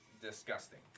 disgusting